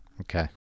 Okay